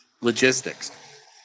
Logistics